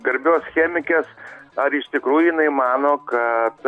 garbios chemikės ar iš tikrųjų jinai mano kad